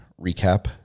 recap